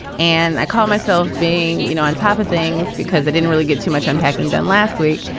and i call myself being, you know, on top of things because it didn't really get too much unpacking then last week.